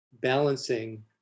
Balancing